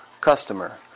customer